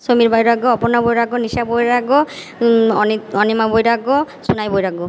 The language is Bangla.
সমীর বৈরাগ্য অপণ্যা বৈরাগ্য নিশা বৈরাগ্য অণিমা বৈরাগ্য সোনাই বৈরাগ্য